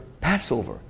Passover